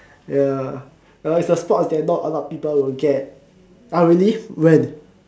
ya well it's the sports that not a lot people will get oh really when